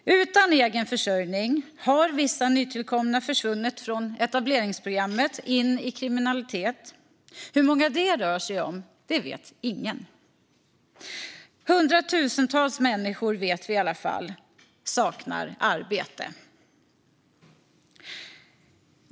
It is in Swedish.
Utan egen försörjning har vissa nytillkomna försvunnit från etableringsprogrammet in i kriminalitet. Hur många det rör sig om vet ingen. Hundratusentals människor, vet vi i alla fall, saknar arbete.